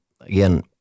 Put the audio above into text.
again